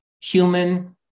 Human